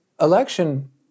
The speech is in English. election